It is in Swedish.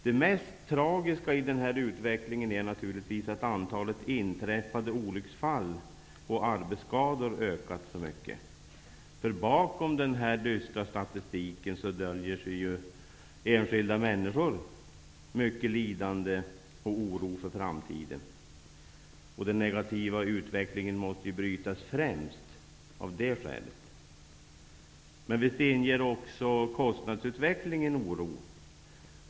Det mest tragiska i den här utvecklingen är naturligtvis att antalet inträffade olycksfall och arbetsskador har ökat så mycket. Bakom den här dystra statistiken döljer sig enskilda människor, mycket lidande och oro för framtiden. Det negativa i utvecklingen måste ju brytas främst av det skälet. Men visst inger också kostnadsutvecklingen oro.